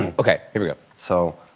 and okay. here we go. so